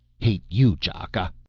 hate you, ch'aka.